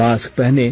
mask पहनें